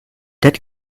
that